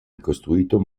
ricostruito